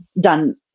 done